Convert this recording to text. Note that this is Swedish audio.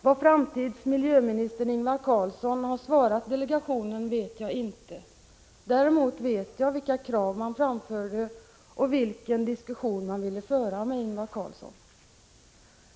Vad framtidsoch miljöminister Ingvar Carlsson har svarat delegationen vet jag ännu inte. Däremot vet jag vilka krav man framförde och vilken diskussion man ville föra med Ingvar Carlsson.